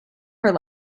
her